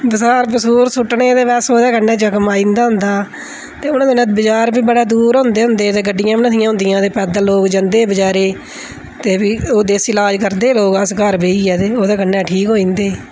बसार बसूर सु'ट्टने ते बस ओह्दे कन्नै जख्म आई जंदा होंदा ते उनें दिनैं बजार बी बड़े दूर होंदे होंदे हे ते गड्डियां बी निं सी होदियां ते पैदल लोक जंदे हे बजारे गी ते फ्ही देसी लाज करदे हे अस लोक घर बेहियै ते ओह्दे कन्नै ठीक होई जंदे हे